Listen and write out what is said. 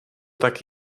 tak